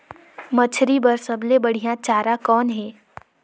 मछरी बर सबले बढ़िया चारा कौन हे?